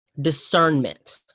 discernment